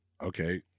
okay